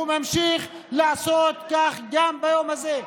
והוא ממשיך לעשות כך גם ביום הזה.